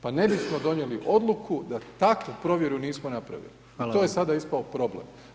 Pa ne bismo donijeli odluku da takvu provjeru nismo napravili [[Upadica: Hvala vam.]] To je sada ispao problem.